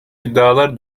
iddialar